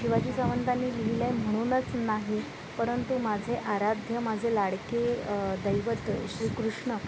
शिवाजी सावंतांनी लिहिलं आहे म्हणूनच नाही परंतु माझे आराध्य माझे लाडके दैवत श्रीकृष्ण